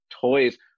toys